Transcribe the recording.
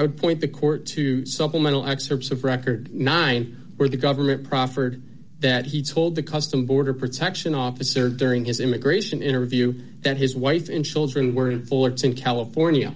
would point the court to supplemental excerpts of record nine where the government proffered that he told the custom border protection officer during his immigration interview that his wife and children were bullard's in california